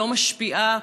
לא משפיעה,